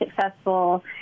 successful